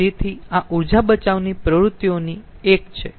તેથી આ ઊર્જા બચાવની પ્રવૃત્તિઓમાંની એક છે